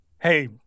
Hey